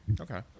Okay